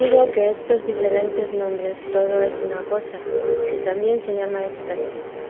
digo que estos diferentes nombres todo es una cosa y también se llama éxtasis